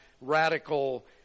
radical